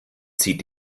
zieht